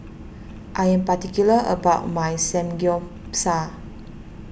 I am particular about my Samgeyopsal